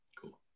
Cool